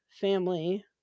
family